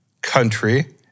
country